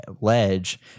ledge